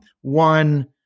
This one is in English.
One